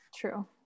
true